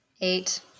Eight